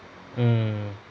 mm